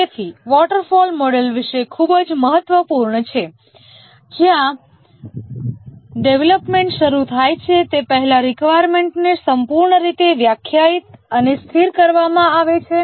તેથી waterfall model વિશે ખૂબ જ મહત્વપૂર્ણ છે જ્યાં ડેવલપમેન્ટ શરૂ થાય તે પહેલાં રિકવાયર્મેન્ટને સંપૂર્ણ રીતે વ્યાખ્યાયિત અને સ્થિર કરવામાં આવે છે